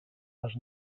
les